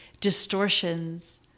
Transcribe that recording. distortions